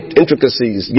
intricacies